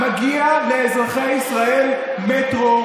מגיע לאזרחי ישראל מטרו.